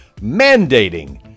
mandating